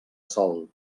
sòl